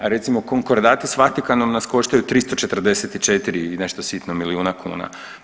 A recimo konkordati s Vatikanom nas koštaju 344 i nešto sitno milijuna kuna.